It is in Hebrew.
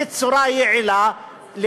בצורה יעילה,